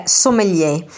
sommelier